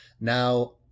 Now